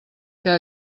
que